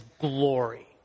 glory